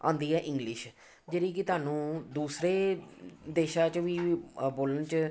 ਆਉਂਦੀ ਹੈ ਇੰਗਲਿਸ਼ ਜਿਹੜੀ ਕਿ ਤੁਹਾਨੂੰ ਦੂਸਰੇ ਦੇਸ਼ਾਂ 'ਚ ਵੀ ਅ ਬੋਲਣ 'ਚ